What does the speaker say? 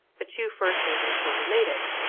the two fur traders were related,